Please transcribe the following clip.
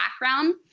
background